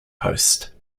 post